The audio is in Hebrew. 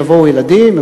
יבואו ילדים.